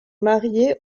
mariée